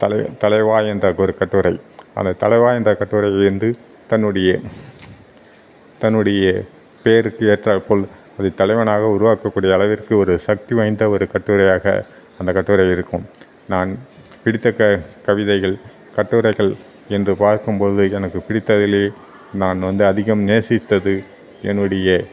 தலை தலைவா என்ற ஒரு கட்டுரை அந்த தலைவா என்ற கட்டுரையிலேருந்து தன்னுடைய தன்னுடைய பெயருக்கு ஏற்றாற்போல் ஒரு தலைவனாக உருவாக்கக்கூடிய அளவிற்கு ஒரு சத்தி வாய்ந்த ஒரு கட்டுரையாக அந்த கட்டுரை இருக்கும் நான் பிடித்த க கவிதைகள் கட்டுரைகள் என்று பார்க்கும் போது எனக்கு பிடித்ததிலே நான் வந்து அதிகம் நேசித்தது என்னுடைய